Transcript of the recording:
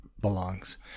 belongs